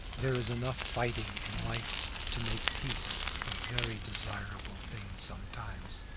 there is enough fighting in life to make peace a very desirable thing sometimes,